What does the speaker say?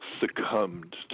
succumbed